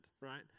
right